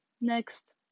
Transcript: next